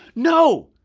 no,